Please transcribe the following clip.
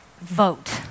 vote